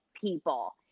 people